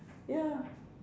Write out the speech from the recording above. ya